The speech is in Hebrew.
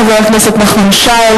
חבר הכנסת נחמן שי,